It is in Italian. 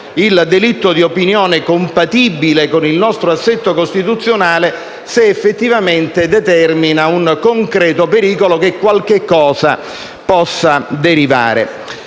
il delitto di opinione compatibile con il nostro assetto costituzionale se effettivamente determina un concreto pericolo che qualcosa ne possa derivare.